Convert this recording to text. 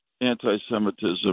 anti-Semitism